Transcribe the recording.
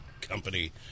company